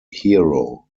hero